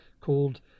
called